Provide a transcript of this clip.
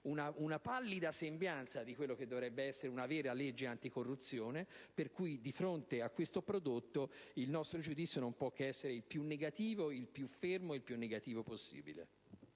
una pallida sembianza di quella che dovrebbe essere una vera legge anticorruzione, per cui di fronte a questo prodotto il nostro giudizio non può che essere il più fermo e negativo possibile.